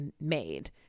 made